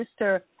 Mr